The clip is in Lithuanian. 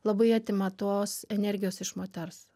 labai atima tos energijos iš moters